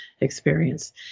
experience